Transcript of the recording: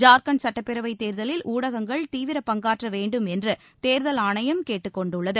ஜார்க்கண்ட் சட்டப்பேரவைத் தேர்தலில் ஊடகங்கள் தீவிரப் பங்காற்ற வேண்டும் என்று தேர்தல் ஆணையம் கேட்டுக் கொண்டுள்ளது